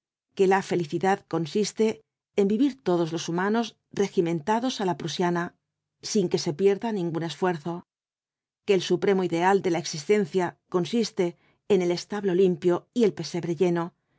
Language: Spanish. que la felicidad consiste en vivir todos los humanos regimentados á la prusiana sin que se pierda ningún esfuerzo que el supremo ideal de la existencia consiste en el establo limpio y el pesebre lleno que